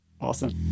Awesome